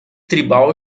tribal